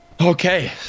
Okay